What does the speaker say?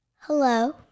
Hello